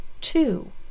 two